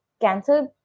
cancer